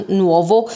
nuovo